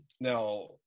now